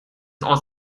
aus